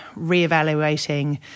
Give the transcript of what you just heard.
reevaluating